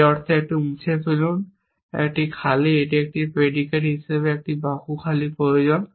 এই অর্থে একটু মুছে ফেলুন একটি খালি এটি একটি প্রেডিকেট হিসাবে একটি বাহু খালি প্রয়োজন